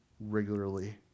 regularly